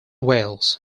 whales